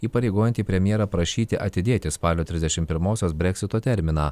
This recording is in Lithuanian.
įpareigojantį premjerą prašyti atidėti spalio risdešim pirmosios breksito terminą